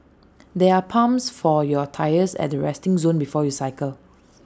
there are pumps for your tyres at the resting zone before you cycle